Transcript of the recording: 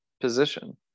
position